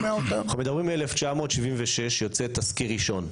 אנחנו מדברים על ,1976 יוצא תסקיר ראשון,